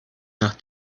nach